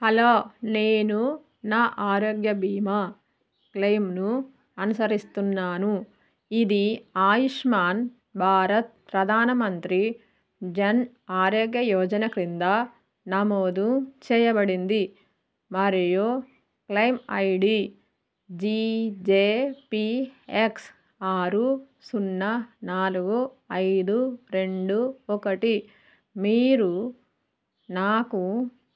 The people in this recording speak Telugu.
హలో నేను నా ఆరోగ్య బీమా క్లెయిమ్ను అనుసరిస్తున్నాను ఇది ఆయుష్మాన్ భారత్ ప్రధాన మంత్రి జన్ ఆరోగ్య యోజన క్రింద నమోదు చేయబడింది మరియు claim ID G J P X ఆరు సున్నా నాలుగు ఐదు రెండు ఒకటి మీరు నాకు